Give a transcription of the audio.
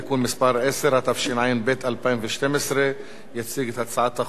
התשע"ב 2012. יציג את הצעת החוק חבר הכנסת